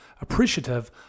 appreciative